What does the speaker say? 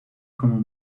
como